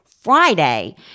Friday